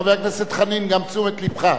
חבר הכנסת חנין, גם תשומת לבך.